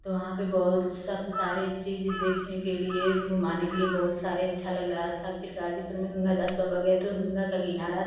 तो वहाँ पर बहुत सब सारी चीज़ें देखने के लिए घुमाने के लिए बहुत सारे अच्छा लग रहा था फिर गाज़ीपुर में गंगादास बाबा गए तो गंगा का किनारा था